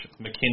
McKinney